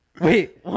Wait